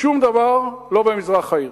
ושום דבר לא במזרח העיר.